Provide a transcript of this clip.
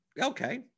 okay